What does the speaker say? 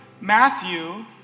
Matthew